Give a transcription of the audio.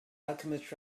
alchemist